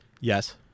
Yes